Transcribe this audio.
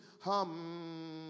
hum